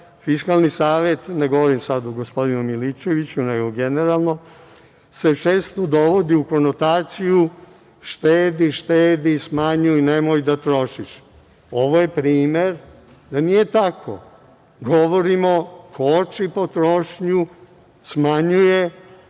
Fiskalni savet, ne govorim sada gospodinu Milićeviću, nego generalno, se često dovodi u konotaciju štedi, štedi, smanjuj, nemoj da trošiš. Ovo je primer da nije tako. Govorimo – koči potrošnju, smanjuj